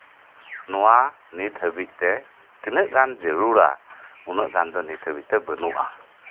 ᱱᱚᱣᱟ ᱱᱤᱛ ᱦᱟᱹᱵᱤᱡ ᱛᱮ ᱛᱤᱱᱟᱹᱜ ᱜᱟᱱ ᱡᱟᱹᱨᱩᱲᱼᱟ ᱩᱱᱟᱹᱜ ᱜᱟᱱ ᱫᱚ ᱱᱤᱛ ᱦᱟᱹᱵᱤᱡ ᱛᱮ ᱵᱟᱹᱱᱩᱜᱼᱟ